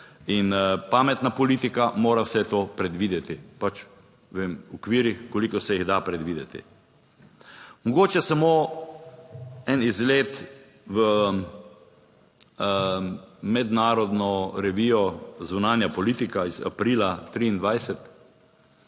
in pametna politika mora vse to predvideti, pač v okvirih, koliko se jih da predvideti. Mogoče samo en izlet v mednarodno revijo Zunanja politika iz aprila 2023,